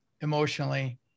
emotionally